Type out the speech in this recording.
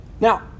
Now